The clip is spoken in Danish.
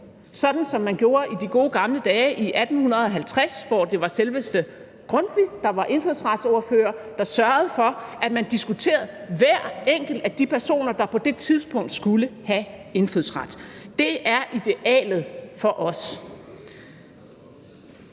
sådan som man gjorde i de gode gamle dage i 1850, hvor det var selveste Grundtvig, der var indfødsretsordfører, der sørgede for, at man diskuterede hver enkelt af de personer, der på det tidspunkt skulle have indfødsret. Det er idealet for os.